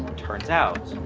turns out,